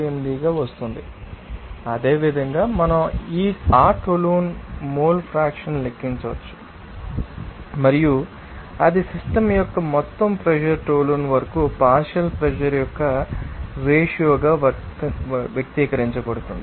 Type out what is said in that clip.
648 గా వస్తోంది అదే విధంగా మనం ఆ టోలున్ మోల్ ఫ్రాక్షన్ లెక్కించవచ్చు మరియు అది సిస్టమ్ యొక్క మొత్తం ప్రెషర్ టోలున్ వరకు పార్షియల్ ప్రెషర్ యొక్క రేషియో గా వ్యక్తీకరించబడుతుంది